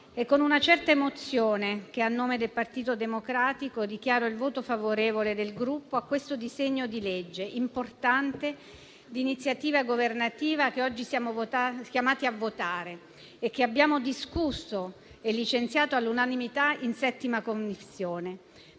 è con una certa emozione che, a nome del Gruppo Partito Democratico, dichiaro il voto favorevole su questo importante disegno di legge di iniziativa governativa che oggi siamo chiamati a votare e che abbiamo discusso e licenziato all'unanimità in 7a Commissione.